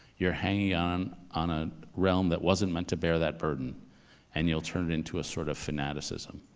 you're hanging on on a realm that wasn't meant to bear that burden and you'll turn it into a sort of fanaticism.